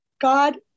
God